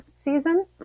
season